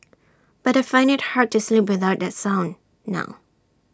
but I find IT hard to sleep without the sound now